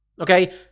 Okay